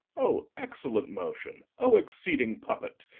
o excellent motion! o exceeding puppet!